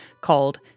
called